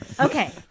Okay